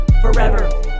forever